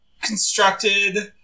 constructed